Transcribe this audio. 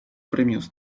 premios